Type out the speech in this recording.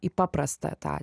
į paprastą tą